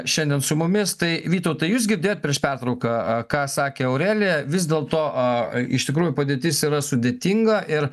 šiandien su mumis tai vytautai jūs girdėjot prieš pertrauką a ką sakė aurelija vis dėlto a iš tikrųjų padėtis yra sudėtinga ir